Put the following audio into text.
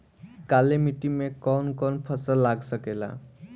काली मिट्टी मे कौन कौन फसल लाग सकेला?